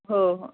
हो हो